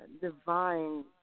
divine